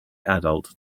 adult